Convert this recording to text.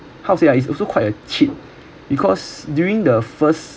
how to say ah it's also quite uh cheap because during the first